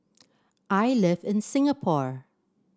I live in Singapore